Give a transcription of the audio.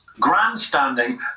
grandstanding